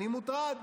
אני מוטרד.